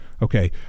Okay